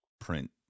print